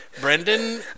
brendan